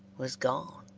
was gone,